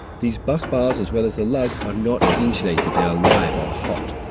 these bus bars as well as the lugs are not insulated, they are live or hot.